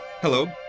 Hello